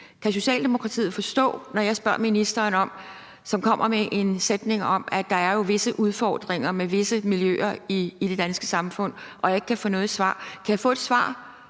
Kan Socialdemokratiet forstå, at jeg spørger ministeren? Hun kommer med en sætning om, at der jo er visse udfordringer med visse miljøer i det danske samfund, og jeg ikke kan få noget svar. Kan jeg få et svar